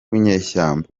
winyeshyamba